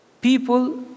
people